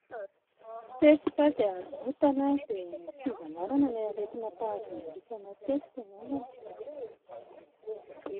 Pesta, dia haromontana, dia fivalanana ny aretina mpahazo ny alika matetika angambany.